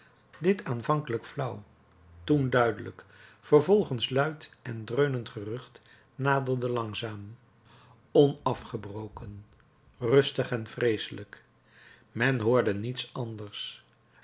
dit aanvankelijk flauw toen duidelijk vervolgens luid en dreunend gerucht naderde langzaam onafgebroken rustig en vreeselijk men hoorde niets anders